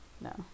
No